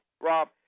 Rob